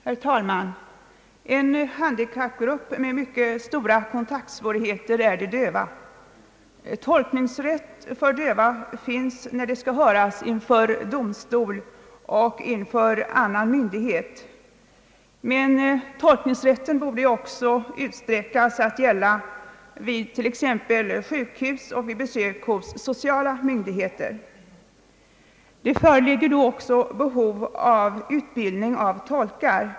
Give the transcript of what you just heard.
Herr talman! En handikappgrupp med mycket stora kontaktsvårigheter är de döva. Tolkningsrätt finns för döva som skall höras inför domstol eller inför någon annan myndighet, men denna rätt borde också utsträckas att gälla vid t.ex. sjukhusvistelse och vid besök hos sociala myndigheter. Det föreligger då också behov av utbildning av tolkar.